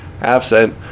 absent